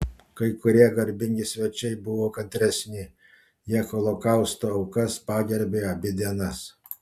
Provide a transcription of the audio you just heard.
kai kurie garbingi svečiai buvo kantresni jie holokausto aukas pagerbė abi dienas